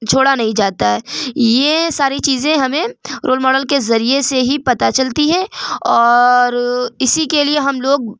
چھوڑا نہیں جاتا ہے یہ ساری چیزیں ہمیں رول ماڈل کے ذریعے سے ہی پتہ چلتی ہیں اور اسی کے لیے ہم لوگ